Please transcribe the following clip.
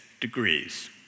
degrees